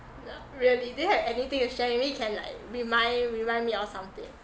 not really do you have anything to share with me can like remind remind me or something